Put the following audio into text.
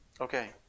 Okay